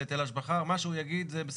גם בנושא היטל השבחה מה שהוא יגיד זה בסדר?